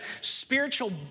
spiritual